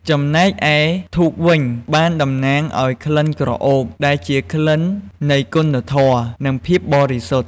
ចំណែកឯធូបវិញបានតំណាងឲ្យក្លិនក្រអូប ដែលជាក្លិននៃគុណធម៌ និងភាពបរិសុទ្ធ។